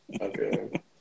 Okay